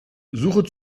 suche